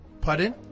Pardon